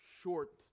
short